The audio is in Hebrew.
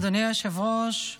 אדוני היושב-ראש,